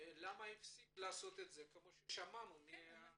הפסיק לעשות את זה, כפי ששמענו מה --- כן.